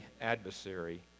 adversary